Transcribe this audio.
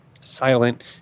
Silent